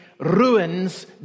ruins